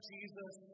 Jesus